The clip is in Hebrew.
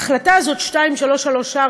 ההחלטה הזאת, 2334,